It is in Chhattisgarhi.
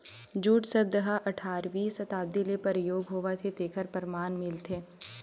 जूट सब्द ह अठारवी सताब्दी ले परयोग होवत हे तेखर परमान मिलथे